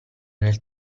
nel